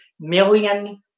million